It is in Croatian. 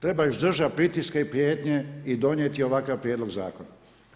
Treba izdržati pritiske i prijetnje i donijeti ovakav prijedlog zakona.